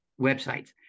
websites